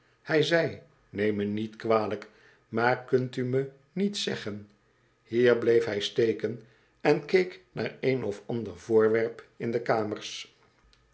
hij zei neem me niet kwalijk maar kunt u me niet zeggen hier bleef hij steken en keek naar een of ander voorwerp in de kamers